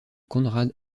konrad